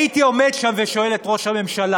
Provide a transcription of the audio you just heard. הייתי עומד שם ושואל את ראש הממשלה: